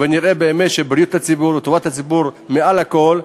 ונראה באמת שבריאות הציבור וטובת הציבור מעל הכול.